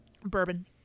Bourbon